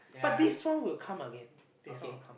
but this one will come again this one will come out